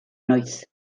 noiz